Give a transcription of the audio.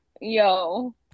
Yo